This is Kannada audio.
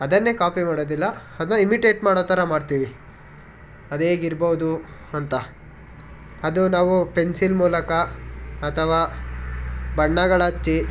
ಅದನ್ನೇ ಕಾಪಿ ಮಾಡೋದಿಲ್ಲ ಅದನ್ನ ಇಮಿಟೇಟ್ ಮಾಡೋ ಥರ ಮಾಡ್ತೀವಿ ಅದೇಗೆ ಇರ್ಬೋದು ಅಂತ ಅದು ನಾವು ಪೆನ್ಸಿಲ್ ಮೂಲಕ ಅಥವಾ ಬಣ್ಣಗಳ ಹಚ್ಚಿ